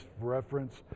reference